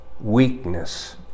weakness